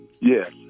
Yes